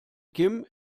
kim